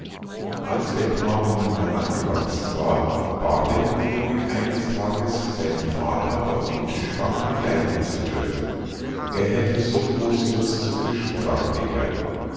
als der knabe nun herangewachsen war bat er den könig eines tages seinen vater auf den fischfang begleiten zu dürfen er hätte so große lust zu fischen sagte er